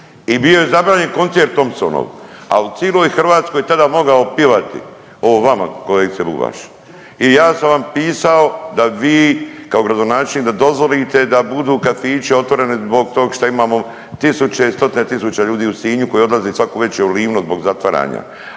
i bio je zabranjen koncert Thompsonov, a u ciloj Hrvatskoj je tada mogao pjevati o vama kolegice Bubaš i ja sam vam pisao da vi kao gradonačelnik da dozvolite da budu kafići otvoreni zbog tog što imamo tisuće i stotine tisuća ljudi u Sinju koji odlaze svaku večer u Livno zbog zatvaranja,